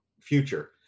future